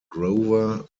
grover